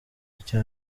icya